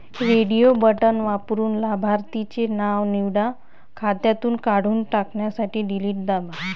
radio button वापरून लाभार्थीचे नाव निवडा, खात्यातून काढून टाकण्यासाठी डिलीट दाबा